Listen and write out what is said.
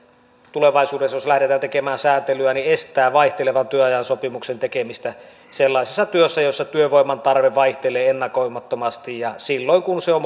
tulevaisuudessa lähdetään tekemään sääntelyä estää vaihtelevan työajan sopimuksen tekemistä sellaisessa työssä jossa työvoiman tarve vaihtelee ennakoimattomasti ja silloin kun se on